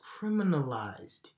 criminalized